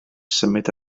symud